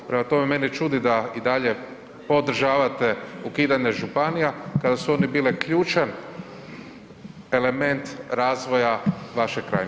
Prema tome, mene čudi da i dalje podržavate ukidanje županije kada su one bile ključan element razvoja vaše krajine.